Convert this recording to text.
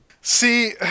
See